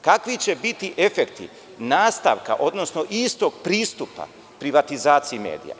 Kakvi će biti efekti nastavka, odnosno istog pristupa privatizacije medija?